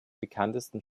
bekanntesten